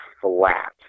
flat